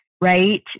right